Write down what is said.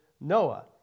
Noah